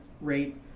rate